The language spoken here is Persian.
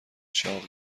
چاق